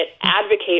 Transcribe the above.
advocate